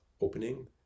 opening